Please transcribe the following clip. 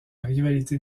rivalité